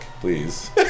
please